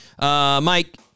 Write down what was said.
Mike